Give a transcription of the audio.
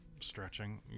stretching